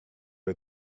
are